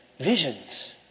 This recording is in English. visions